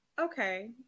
okay